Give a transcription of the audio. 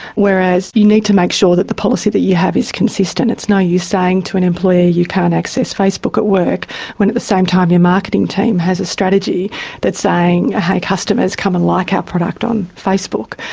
whereas you need to make sure that the policy that you have is consistent. it's no use saying to an employee, you can't access facebook at work when at the same time your marketing team has a strategy that is saying hey customers, come and like our product on facebook.